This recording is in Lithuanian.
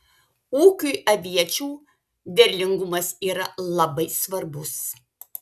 ūkiui aviečių derlingumas yra labai svarbus